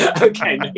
okay